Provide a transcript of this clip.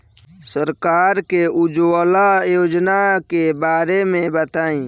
सरकार के उज्जवला योजना के बारे में बताईं?